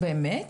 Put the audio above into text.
באמת?